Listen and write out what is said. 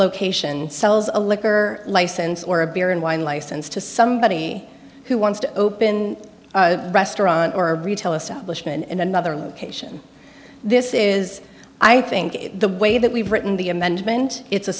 location sells a liquor license or a beer and wine license to somebody who wants to open a restaurant or retail establishment in another location this is i think the way that we've written the amendment it's a